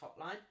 hotline